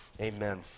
Amen